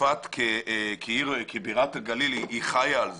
צפת כבירת הגליל חיה על זה.